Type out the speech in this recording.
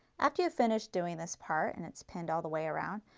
after you finish doing this part and it's pinned all the way around,